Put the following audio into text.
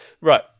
Right